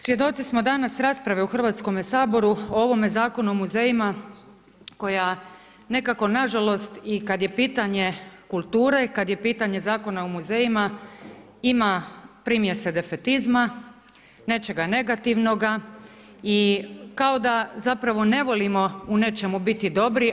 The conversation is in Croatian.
Svjedoci smo danas rasprave u Hrvatskome saboru o ovome Zakonu o muzejima koja nekako nažalost, i kad je pitanje kulture, kad je pitanje Zakona o muzejima, ima primjese defetizma, nečega negativnoga i kao da zapravo ne volimo u nečemu biti dobri.